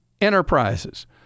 enterprises